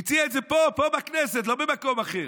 הוא הציע את זה פה, פה בכנסת, לא במקום אחר.